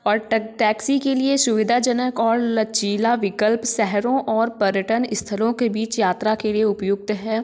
और टैक्सी के लिए सुविधाजनक और लचीला विकल्प शहरों और पर्यटन स्थलों के बीच यात्रा के लिए उपयुक्त है